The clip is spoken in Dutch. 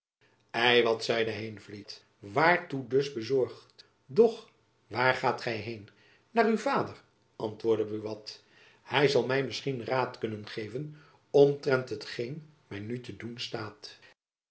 wat zeide heenvliet waartoe dus bezorgd doch waar gaat gy heen naar uw vader antwoordde buat hy zal my misschien raad kunnen geven omtrent hetgeen my nu te doen staat